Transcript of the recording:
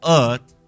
earth